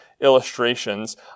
illustrations